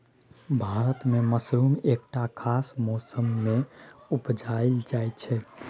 भारत मे मसरुम एकटा खास मौसमे मे उपजाएल जाइ छै